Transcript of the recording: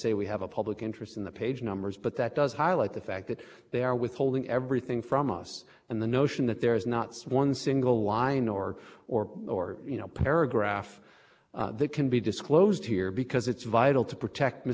fact that they are withholding everything from us and the notion that there is not some one single line or or or you know paragraph that can be disclosed here because it's vital to protect mrs clinton's privacy in light of the mountain of information that's